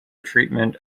treatment